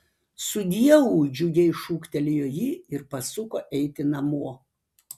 sudieu džiugiai šūktelėjo ji ir pasuko eiti namo